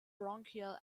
bronchial